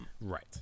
Right